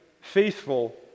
faithful